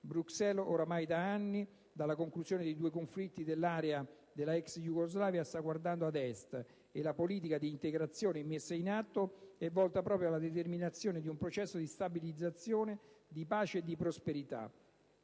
Bruxelles ormai da anni, dalla conclusione dei due conflitti nell'area della ex Jugoslavia, sta guardando ad Est e la politica di integrazione messa in atto è volta proprio alla determinazione di un processo di stabilizzazione, di pace e di prosperità.